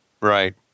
right